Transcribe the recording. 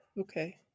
Okay